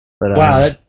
Wow